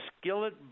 skillet